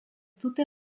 dute